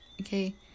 Okay